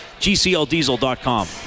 GCLdiesel.com